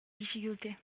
difficultés